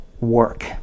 work